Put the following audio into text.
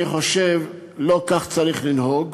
אני חושב שלא כך צריך לנהוג,